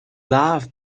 love